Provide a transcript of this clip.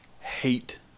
hate